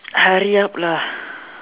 hurry up lah